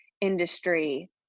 industry